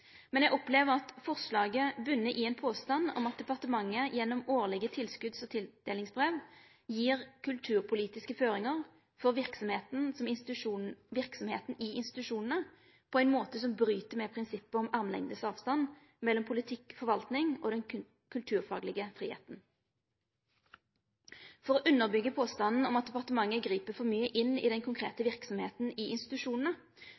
Men eg opplever at forslaget botnar i ein påstand om at departementet gjennom årlege tilskots- og tildelingsbrev legg kulturpolitiske føringar for verksemda i institusjonane på ein måte som bryt med prinsippet om armlengdes avstand mellom politikk, forvalting og den kulturfaglege fridomen. For å underbyggje påstanden om at departementet grip for mykje inn i den konkrete verksemda i institusjonane,